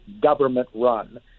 government-run